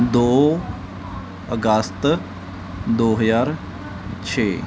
ਦੋ ਅਗਸਤ ਦੋ ਹਜਾਰ ਛੇ